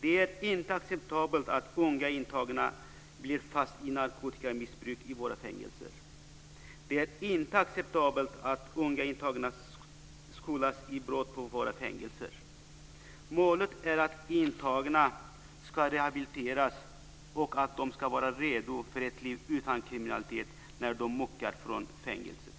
Det är inte acceptabelt att unga intagna blir fast i narkotikamissbruk i våra fängelser. Det är inte acceptabelt att unga intagna skolas i brott på våra fängelser. Målet är att intagna ska rehabiliteras och att de ska vara redo för ett liv utan kriminalitet när de muckar från fängelset.